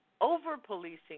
over-policing